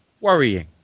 worrying